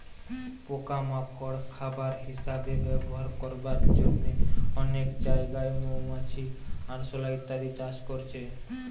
পোকা মাকড় খাবার হিসাবে ব্যবহার করবার জন্যে অনেক জাগায় মৌমাছি, আরশোলা ইত্যাদি চাষ করছে